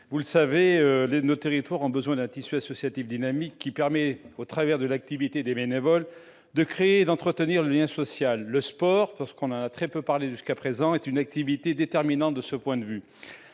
le ministre, nos territoires ont besoin d'un tissu associatif dynamique qui permet, au travers de l'activité des bénévoles, de créer et d'entretenir le lien social. Le sport, dont nous avons peu parlé jusqu'à présent, est une activité déterminante de ce point de vue.